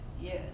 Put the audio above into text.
yes